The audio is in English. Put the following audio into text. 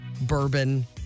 bourbon